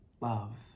love